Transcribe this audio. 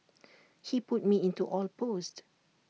he put me into all post